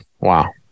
Wow